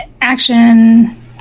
action